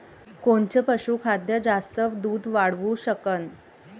कोनचं पशुखाद्य जास्त दुध वाढवू शकन?